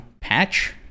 patch